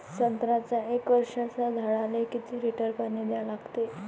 संत्र्याच्या एक वर्षाच्या झाडाले किती लिटर पाणी द्या लागते?